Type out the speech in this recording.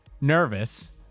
nervous